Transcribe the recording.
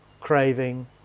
craving